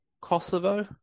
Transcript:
Kosovo